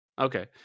Okay